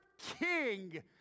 king